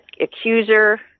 accuser